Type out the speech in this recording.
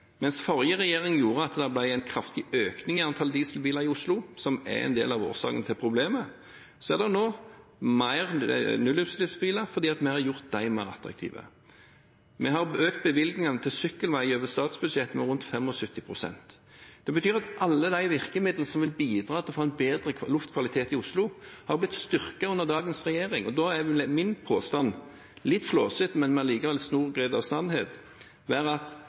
Mens den forrige regjeringen gjorde at det ble en kraftig økning i antall dieselbiler i Oslo, som er en del av årsaken til problemet, så er det nå flere nullutslippsbiler fordi vi har gjort dem mer attraktive. Vi har økt bevilgningene til sykkelveier over statsbudsjettet med rundt 75 pst. Det betyr at alle de virkemidlene som vil bidra til å få en bedre luftkvalitet i Oslo, har blitt styrket under dagens regjering. Og da vil min påstand – litt flåsete, men likevel med en stor grad av sannhet – være at